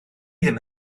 ddim